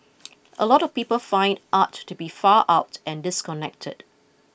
a lot of people find art to be far out and disconnected